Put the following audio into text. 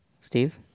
Steve